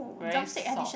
very soft